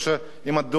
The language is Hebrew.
וכנראה,